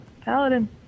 paladin